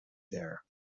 there